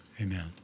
amen